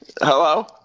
Hello